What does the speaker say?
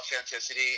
authenticity